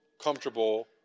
comfortable